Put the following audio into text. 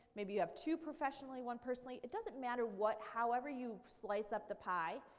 maybe you have two professionally, one personally. it doesn't matter what, however you slice up the pie,